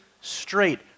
straight